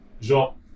Genre